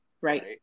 Right